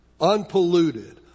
unpolluted